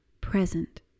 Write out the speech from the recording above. present